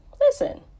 listen